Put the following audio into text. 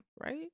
right